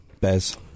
Bez